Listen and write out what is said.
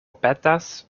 petas